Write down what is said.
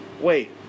wait